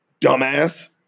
Dumbass